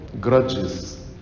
grudges